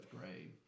grade